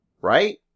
Right